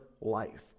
life